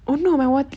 oh no my what